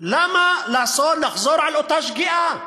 למה לחזור על אותה שגיאה?